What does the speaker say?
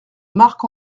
marc